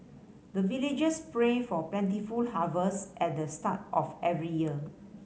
the villagers pray for plentiful harvest at the start of every year